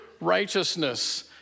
righteousness